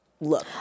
look